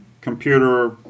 computer